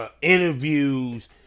Interviews